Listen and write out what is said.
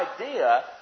idea